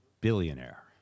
billionaire